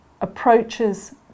approaches